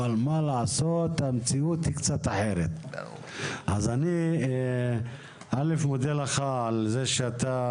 אבל מה לעשות המציאות היא קצת אחרת אז אני א' מודה לך על זה שאתה